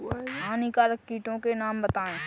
हानिकारक कीटों के नाम बताएँ?